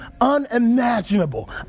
unimaginable